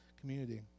community